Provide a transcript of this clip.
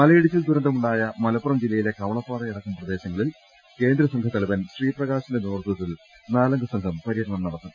മലയിടിച്ചിൽ ദുരന്തമുണ്ടായ മലപ്പുറം ജില്ലയിലെ കവളപ്പാറയ ടക്കം പ്രദേശങ്ങളിൽ കേന്ദ്ര സംഘ തലവൻ ശ്രീപ്രകാശിന്റെ നേതൃ ത്വത്തിൽ നാലംഗ സംഘം പര്യടനം നടത്തും